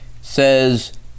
Says